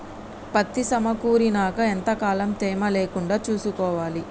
పత్తి సమకూరినాక ఎంత కాలం తేమ లేకుండా చూసుకోవాలి?